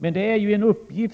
Men